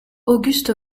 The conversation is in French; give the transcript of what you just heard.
auguste